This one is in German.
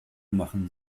machen